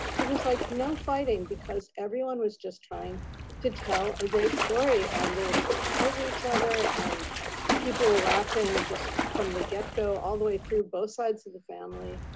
there was like no fighting because everyone was just trying to tell a great story. and they were talking over each other, and people were laughing just from the get-go all the way through both sides of the family.